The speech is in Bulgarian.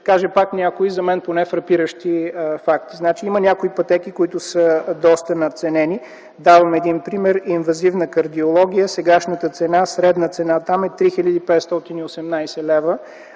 кажа пак някои, за мен поне, фрапиращи факти. Има някои пътеки, които са доста надценени. Давам един пример: инвазивна кардиология – сегашната средна цена там е 3518 лв.,